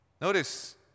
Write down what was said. Notice